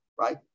right